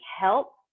help